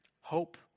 hope